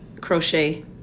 Crochet